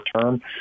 term